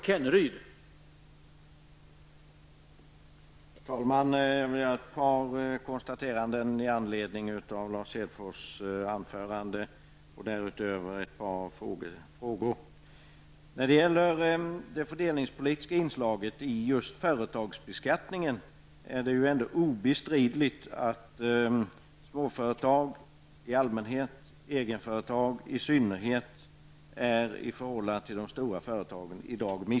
Herr talman! Jag vill göra ett par konstateranden med anledning av Lars Hedfors anförande och dessutom ställa ett par frågor. När det gäller det fördelningspolitiska inslaget i just företagsbeskattningen är det ju obestridligt att småföretag i allmänhet och egenföretag i synnerhet i dag är missgynnade i förhållande till de stora företagen.